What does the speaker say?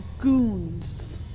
goons